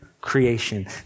Creation